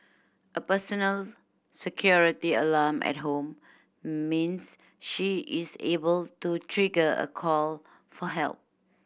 a personal security alarm at home means she is able to trigger a call for help